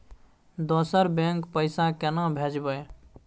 दोसर बैंक पैसा केना भेजबै?